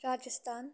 Rajasthan